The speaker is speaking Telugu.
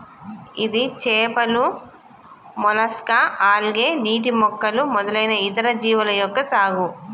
ఇది చేపలు, మొలస్కా, ఆల్గే, నీటి మొక్కలు మొదలగు ఇతర జీవుల యొక్క సాగు